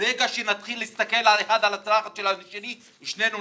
ברגע שנתחיל לעשות זאת כולנו ניפול.